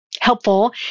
helpful